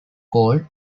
called